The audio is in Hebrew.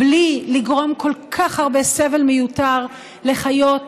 בלי לגרום כל כך הרבה סבל מיותר לחיות,